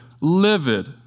livid